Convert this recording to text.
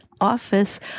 office